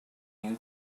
new